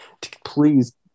Please